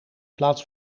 plaats